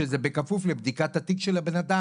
שזה בכפוף לבדיקת התיק האישי של הבן אדם